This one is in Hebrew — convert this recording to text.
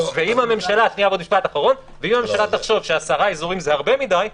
ואם הממשלה תחשוב ש-10 אזורים זה הרבה מדי,